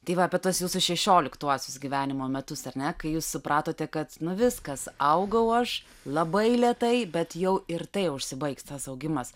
tai va apie tuos jūsų šešioliktuosius gyvenimo metus ar ne kai jūs supratote kad viskas augau aš labai lėtai bet jau ir tai užsibaigs tas augimas